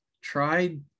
tried